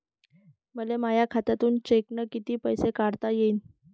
मले माया खात्यातून चेकनं कितीक पैसे काढता येईन?